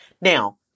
Now